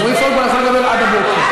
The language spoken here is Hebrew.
אז רועי פולקמן יכול לדבר עד הבוקר,